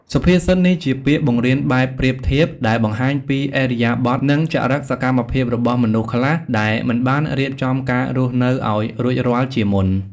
សុភាសិតនេះជាពាក្យបង្រៀនបែបប្រៀបធៀប ដែលបង្ហាញពីឥរិយាបថ និងចរិកសកម្មភាពរបស់មនុស្សខ្លះ ដែលមិនបានរៀបចំការរស់នៅឲ្យរួចរាល់ជាមុន។